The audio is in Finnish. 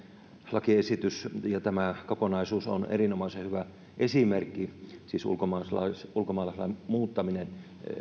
lakiesitys ja tämä kokonaisuus on erinomaisen hyvä esimerkki siitä siis ulkomaalaislain ulkomaalaislain muuttaminen